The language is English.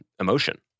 emotion